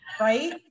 Right